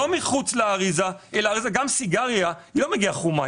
גם סיגריה לא מגיעה חומה.